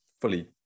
fully